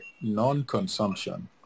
non-consumption